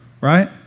Right